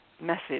message